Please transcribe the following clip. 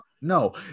No